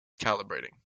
calibrating